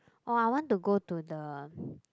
oh I want to go to the